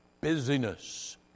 busyness